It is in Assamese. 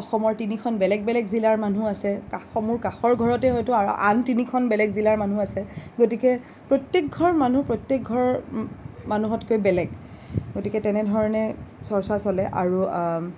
অসমৰ তিনিখন বেলেগ বেলেগ জিলাৰ মানুহ আছে কাষৰ মোৰ কাষৰ ঘৰতে হয়তো আন তিনিখন বেলেগ জিলাৰ মানুহ আছে গতিকে প্ৰত্যেক ঘৰ মানুহ প্ৰত্যেক ঘৰৰ মানুহতকৈ বেলেগ গতিকে তেনেধৰণে চৰ্চা চলে আৰু